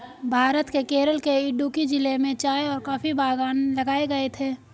भारत के केरल के इडुक्की जिले में चाय और कॉफी बागान लगाए गए थे